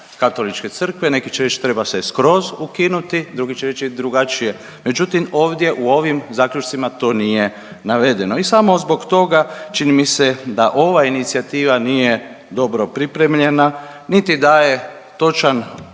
Katoličke crkve neki će reći treba se skroz ukinuti, drugi će reći drugačije. Međutim, ovdje u ovim zaključcima to nije navedeno. I samo zbog toga čini mi se da ova inicijativa nije dobro pripremljena niti daje točan